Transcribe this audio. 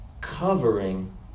covering